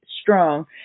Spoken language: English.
strong